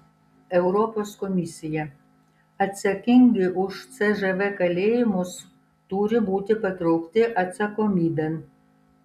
europos komisija atsakingi už cžv kalėjimus turi būti patraukti atsakomybėn